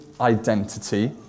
identity